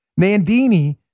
Nandini